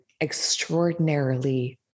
extraordinarily